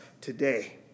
today